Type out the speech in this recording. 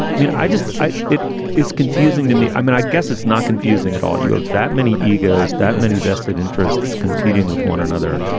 i mean, i just i it is confusing to me. i mean, i guess it's not confusing at all. you have that many egos, that many vested interests competing with one another.